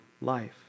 life